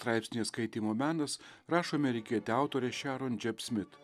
straipsnyje skaitymo menas rašo amerikietė autorė šiaron džiap smit